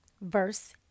verse